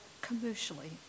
commercially